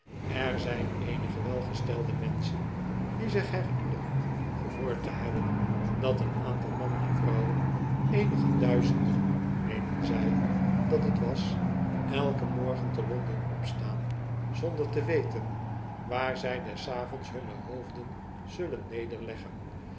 er zyn eenige welgestelde menschen die zich herinneren gehoord te hebben dat een aantal mannen en vrouwen eenige duizenden meenen zy dat het was elken morgen te londen opstaan zonder te weten waar zy des avonds hunne hoofden zullen nederleggen